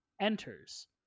enters